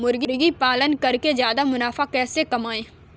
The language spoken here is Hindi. मुर्गी पालन करके ज्यादा मुनाफा कैसे कमाएँ?